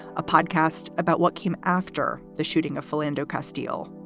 a podcast about what came after the shooting, a full endocast deal.